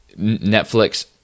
Netflix